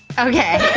okay.